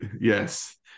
yes